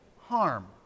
harm